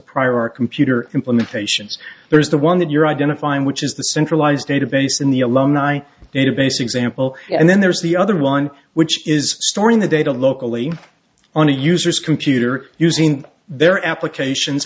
our computer implementations there is the one that you're identifying which is the centralized database in the alumni database example and then there's the other one which is storing the data locally on a user's computer using their applications